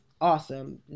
awesome